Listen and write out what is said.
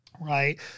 right